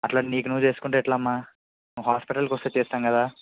అట్లా నీకు నువ్వు చేసుకుంటే ఎట్లమ్మా నువ్వు హాస్పిటల్కి వస్తే చేస్తాం కదా